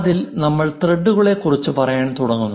അതിൽ നമ്മൾ ത്രെഡ്ഡുകളെ കുറിച്ച് പറയാൻ തുടങ്ങുന്നു